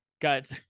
Got